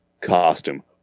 Costume